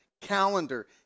calendar